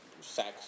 sex